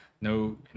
No